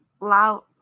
loud